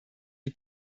die